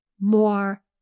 more